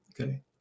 Okay